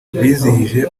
bizihije